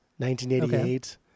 1988